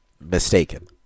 mistaken